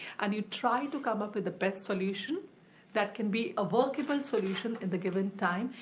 and you try to come up with the best solution that can be a workable solution in the given time,